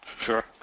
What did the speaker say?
Sure